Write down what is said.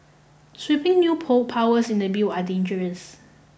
sweeping new powers in the bill are dangerous